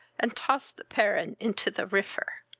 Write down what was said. and toss the paron into the rifer.